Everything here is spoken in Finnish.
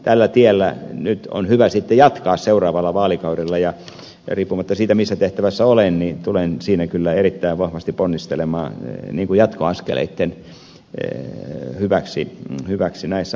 tällä tiellä on hyvä jatkaa seuraavalla vaalikaudella ja riippumatta siitä missä tehtävässä olen tulen siinä kyllä erittäin vahvasti ponnistelemaan jatkoaskeleitten hyväksi näissä asioissa